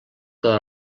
que